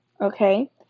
Okay